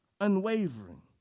unwavering